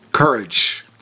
courage